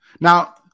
Now